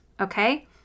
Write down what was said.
Okay